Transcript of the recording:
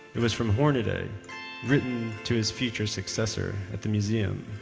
it was from hornaday written to his future successor at the museum.